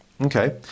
Okay